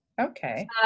Okay